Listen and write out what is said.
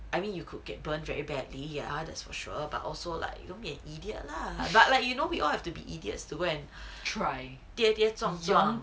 I mean you could get burn very badly or others for sure but also like you don't be an idiot lah but like you know we all have to be idiots to go try 跌跌撞撞